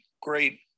great